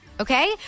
Okay